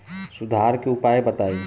सुधार के उपाय बताई?